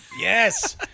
Yes